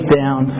down